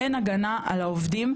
אין הגנה על העובדים,